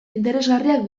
interesgarriak